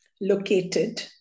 located